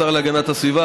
השר להגנת הסביבה,